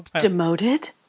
demoted